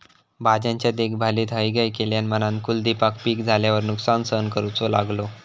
भाज्यांच्या देखभालीत हयगय केल्यान म्हणान कुलदीपका पीक झाल्यार नुकसान सहन करूचो लागलो